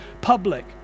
public